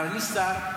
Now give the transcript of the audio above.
אבל אני שר.